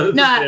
no